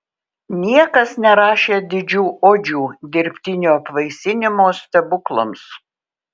niekas nerašė didžių odžių dirbtinio apvaisinimo stebuklams